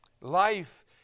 Life